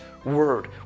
word